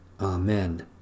Amen